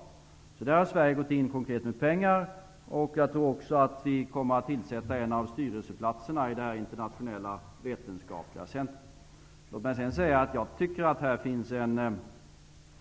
I detta arbete har Sverige konkret gått in med pengar, och jag tror också att vi kommer att besätta en av styrelseplatserna i det här internationella vetenskapliga centrumet. Här finns en